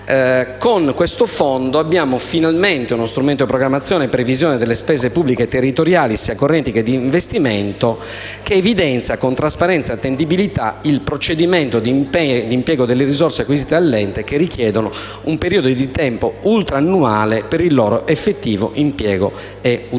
con questo fondo abbiamo finalmente uno strumento di programmazione e previsione delle spese pubbliche territoriali, sia correnti che di investimento, che evidenzia con trasparenza e attendibilità il procedimento di impiego delle risorse acquisite dall'ente che richiedono un periodo di tempo ultrannuale per il loro effettivo impiego e utilizzo.